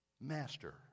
Master